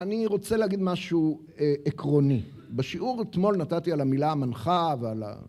אני רוצה להגיד משהו עקרוני. בשיעור אתמול נתתי על המילה המנחה ועל ה...